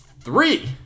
three